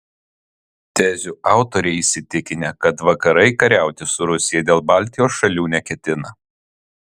tezių autoriai įsitikinę kad vakarai kariauti su rusija dėl baltijos šalių neketina